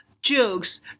jokes